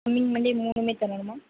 coming Monday மூணுமே தரணுமா